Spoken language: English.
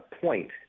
point